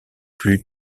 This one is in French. plus